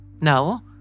No